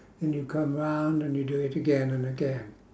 and you come around and you do it again and again